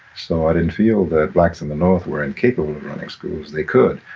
so i didn't feel that blacks in the north were incapable of running schools they could.